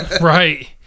Right